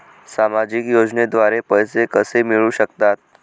सामाजिक योजनेद्वारे पैसे कसे मिळू शकतात?